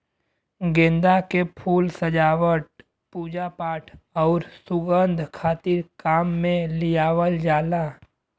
गेंदा के फूल सजावट, पूजापाठ आउर सुंगध खातिर काम में लियावल जाला